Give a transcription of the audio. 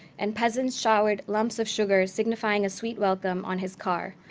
and peasants showered lumps of sugar signifying a sweet welcome on his car,